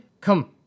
come